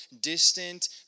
distant